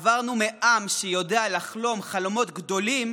עברנו מעם שיודע לחלום חלומות גדולים,